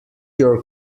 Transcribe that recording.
your